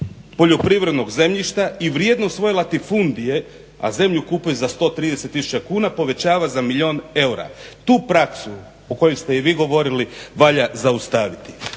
poljoprivrednog zemljišta i vrijednost svoje latifundije, a zemlju kupuje za 130 000 kuna povećava za milijun eura. Tu praksu o kojoj ste i vi govorili valja zaustaviti.